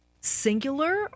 singular